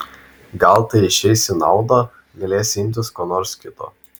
gal tai išeis į naudą galėsi imtis ko nors kito